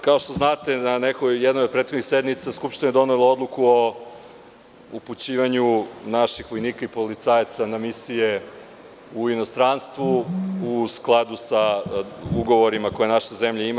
Kao što znate, na jednoj od prethodnih sednica Skupština je donela odluku o upućivanju naših vojnika i policajaca na misije u inostranstvu, u skladu sa ugovorima koje naša zemlja ima.